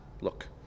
Look